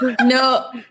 No